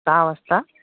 सहा वाजता